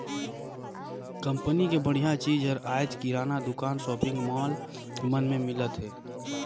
company के बड़िहा चीज हर आयज किराना दुकान, सॉपिंग मॉल मन में मिलत हे